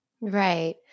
Right